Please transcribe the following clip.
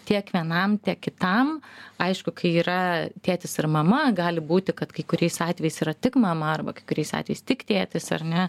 tiek vienam tiek kitam aišku kai yra tėtis ir mama gali būti kad kai kuriais atvejais yra tik mama arba kai kuriais atvejais tik tėtis ar ne